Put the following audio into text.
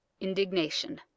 indignation